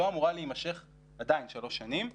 עדין לא אמורה להימשך שלוש שנים ולכן,